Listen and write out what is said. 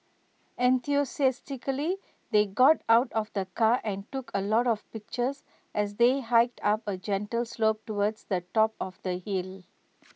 enthusiastically they got out of the car and took A lot of pictures as they hiked up A gentle slope towards the top of the hill